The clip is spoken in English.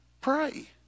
Pray